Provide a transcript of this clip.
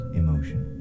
emotion